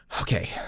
Okay